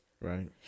right